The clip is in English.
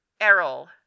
errol